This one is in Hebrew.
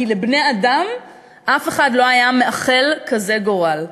כי לבני-אדם אף אחד לא היה מאחל גורל כזה.